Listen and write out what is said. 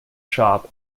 shop